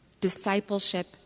Discipleship